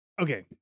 okay